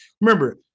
remember